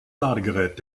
ladegerät